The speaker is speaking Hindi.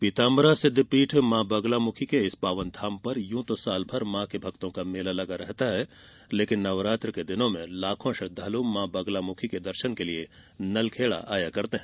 पीताम्बरा सिद्ध पीठ माँ बगुलामुखी के इस पावन धाम पर यूँ तो साल भर माँ के भक्तों का मेला लगा रहता है लेकिन नवरात्रि के दिनों में लाखो श्रद्धालु माँ बगलामुखी के दर्शन के लिए नलखेड़ा आते है